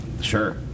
sure